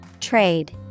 Trade